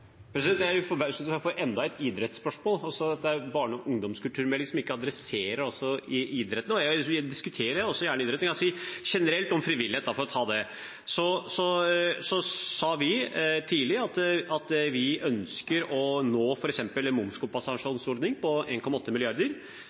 Jeg er litt forbauset over å få enda et idrettsspørsmål. Dette er jo en barne- og ungdomskulturmelding, som altså ikke adresserer idretten. Jeg diskuterer også gjerne idretten, men ganske generelt om frivillighet, for å ta det: Vi sa tidlig at vi ønsker å nå f.eks. en momskompensasjonsordning på